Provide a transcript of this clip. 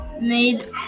made